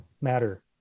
matter